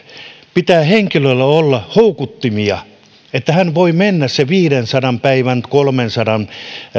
pitää henkilölle olla houkuttimia että hän voi sen viidensadan päivän kolmensadan